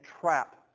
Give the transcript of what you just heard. trap